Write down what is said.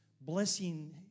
blessing